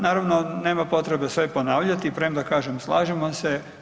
Naravno nema potrebe sve ponavljati premda kažem slažemo se.